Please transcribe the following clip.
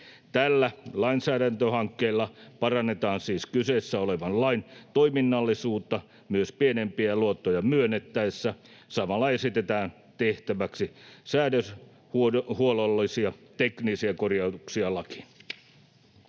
Tällä lainsäädäntöhankkeella parannetaan siis kyseessä olevan lain toiminnallisuutta myös pienempiä luottoja myönnettäessä. Samalla esitetään tehtäväksi säädöshuollollisia teknisiä korjauksia lakiin.